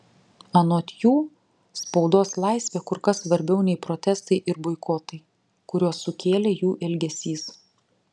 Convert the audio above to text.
anot jų spaudos laisvė kur kas svarbiau nei protestai ir boikotai kuriuos sukėlė jų elgesys